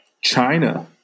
China